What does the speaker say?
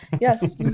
Yes